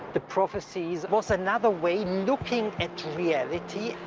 the prophecies was another way, looking at reality,